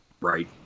right